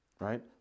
Right